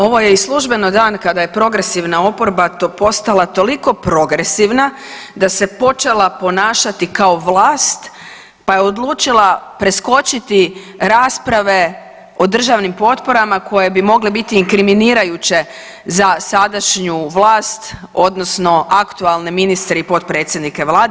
Ovo je i službeno dan kada je progresivna oporba postala toliko progresivna da se počela ponašati kao vlast, pa je odlučila preskočiti rasprave o državnim potporama koje bi mogle biti inkriminirajuće za sadašnju vlast odnosno aktualne ministre i potpredsjednike vlade.